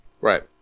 right